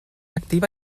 activa